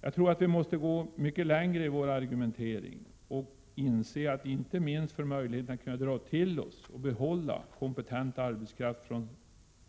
Jag tror att vi måste gå mycket längre i vår argumentering och inse att inte minst för att kunna dra till oss och behålla kompetent arbetskraft från